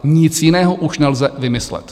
Nic jiného už nelze vymyslet.